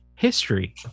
history